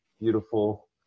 beautiful